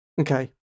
Okay